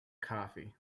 coffee